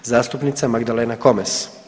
Zastupnica Magdalena Komes.